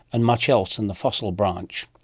and much else in the fossil branch.